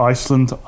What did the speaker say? Iceland